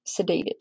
sedated